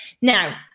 Now